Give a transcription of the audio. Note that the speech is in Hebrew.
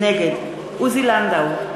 נגד עוזי לנדאו,